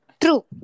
True